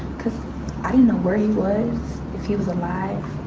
cause i didn't know where he was if he was alive.